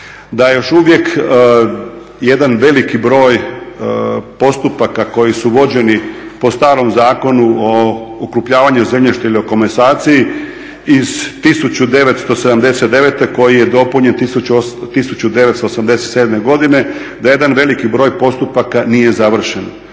Da još uvijek jedan veliki broj postupaka koji su vođeni po starom Zakonu o okrupnjavanju zemljišta ili o komasaciji iz 1979. koji je dopunjen 1987. godine, da jedan veliki broj postupaka nije završen.